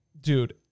dude